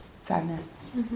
Sadness